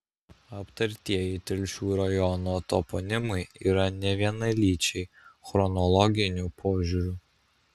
aptartieji telšių rajono toponimai yra nevienalyčiai chronologiniu požiūriu